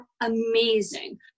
amazing